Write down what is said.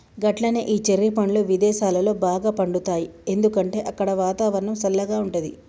గట్లనే ఈ చెర్రి పండ్లు విదేసాలలో బాగా పండుతాయి ఎందుకంటే అక్కడ వాతావరణం సల్లగా ఉంటది